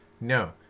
No